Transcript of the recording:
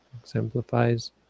exemplifies